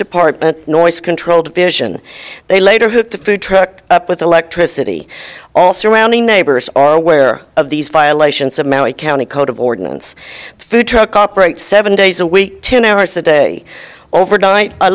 department noice control division they later hooked a food truck up with electricity all surrounding neighbors are aware of these violations of maui county code of ordinance food truck operate seven days a week ten hours a day over night i